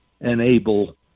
enable